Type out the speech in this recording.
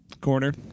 corner